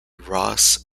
ross